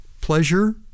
pleasure